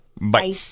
Bye